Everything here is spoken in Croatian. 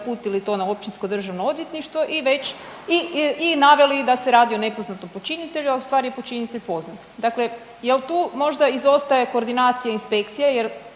uputili to na općinsko državno odvjetništvo i već, i naveli da se radi o nepoznatom počinitelju, a ustvari je počinitelj poznat. Dakle, je li tu možda izostaje koordinacije inspekcije